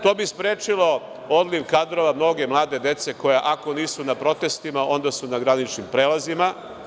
To bi sprečilo odliv kadrova mlade dece koja ako nisu na protestima onda su na graničnim prelazima.